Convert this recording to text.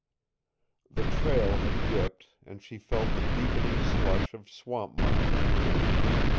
the trail had dipped, and she felt the deepening slush of swamp-mire under her feet.